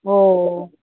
हो